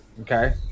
Okay